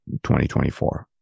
2024